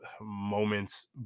moments